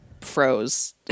froze